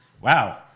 Wow